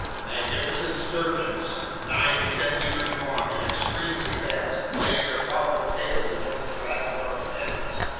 magnificent sturgeons, nine to ten meters long and extremely fast, banged their powerful tails against the glass of our panels,